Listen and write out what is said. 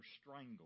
strangled